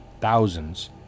thousands